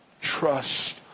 Trust